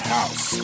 house